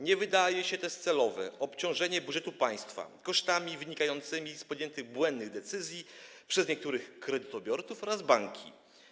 Nie wydaje się też celowe obciążenie budżetu państwa kosztami wynikającymi z podjętych błędnych decyzji przez niektórych kredytobiorców oraz banki.